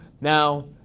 Now